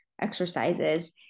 exercises